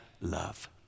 Love